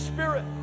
Spirit